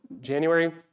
January